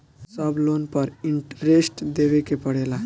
सब लोन पर इन्टरेस्ट देवे के पड़ेला?